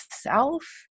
self